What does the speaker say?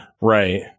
Right